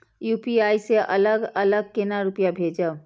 UPI से अलग अलग केना रुपया भेजब